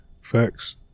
Facts